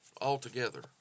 altogether